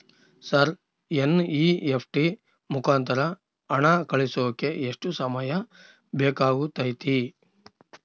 Sir NEFT ಮುಖಾಂತರ ಹಣ ಕಳಿಸೋಕೆ ಎಷ್ಟು ಸಮಯ ಬೇಕಾಗುತೈತಿ?